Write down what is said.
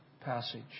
passage